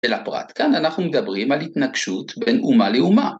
‫של הפרט. כאן אנחנו מדברים ‫על התנגשות בין אומה לאומה.